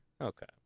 Okay